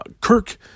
kirk